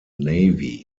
navy